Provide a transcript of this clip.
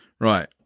Right